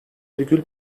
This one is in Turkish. virgül